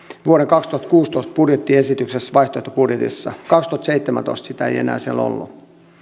vuoden kaksituhattakuusitoista vaihtoehtobudjetissa kaksituhattaseitsemäntoista sitä ei enää siellä ollut